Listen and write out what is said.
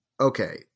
Okay